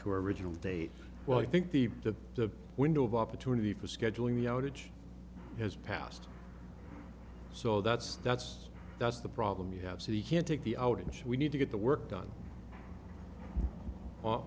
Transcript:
to our original date well i think the that the window of opportunity for scheduling the outage has passed so that's that's that's the problem you have so you can't take the outage we need to get the work done